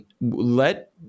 let